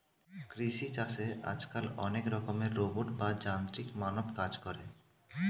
কৃষি চাষে আজকাল অনেক রকমের রোবট বা যান্ত্রিক মানব কাজ করে